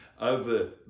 over